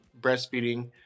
breastfeeding